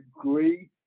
great